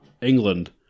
England